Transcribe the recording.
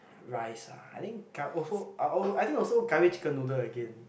rice ah I think cur~ I think also curry chicken noodle again